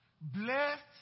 blessed